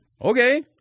Okay